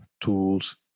tools